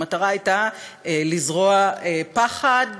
המטרה הייתה לזרוע פחד,